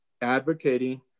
advocating